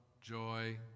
joy